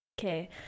okay